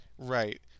Right